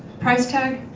price tag,